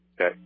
Okay